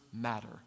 Matter